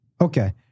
Okay